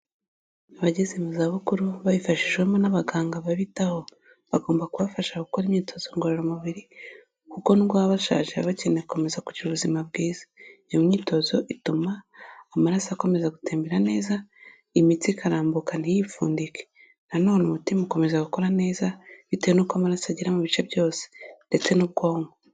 Abageze mu zabukuru babifashijwemo n'abaganga babitaho, bagomba kubafasha gukora imyitozo ngororamubiri kuko nubwo baba bashaje bakeneye gukomeza kugira ubuzima bwiza, iyo myitozo ituma amaraso akomeza gutembera neza imitsi ikarambuka ntiyipfundike, na none umutima ukomeza gukora neza bitewe n'uko amaraso agera mu bice byose ndetse n'ubwonko.